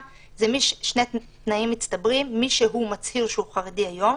שני תנאים מצטברים: מי שמצהיר שהוא חרדי היום,